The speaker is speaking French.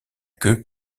queue